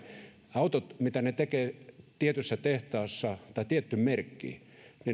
autot mitä tehdään tietyssä tehtaassa tai tietty merkki